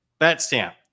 Betstamp